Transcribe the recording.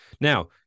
Now